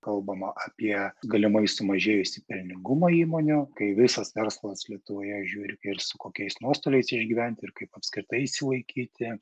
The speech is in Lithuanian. kalbama apie galimai sumažėjusį pelningumą įmonių kai visas verslas lietuvoje žiūri ir su kokiais nuostoliais išgyventi ir kaip apskritai išsilaikyti